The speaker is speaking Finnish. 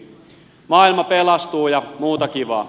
maailma pelastuu ja muuta kivaa